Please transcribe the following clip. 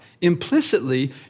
Implicitly